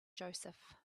joseph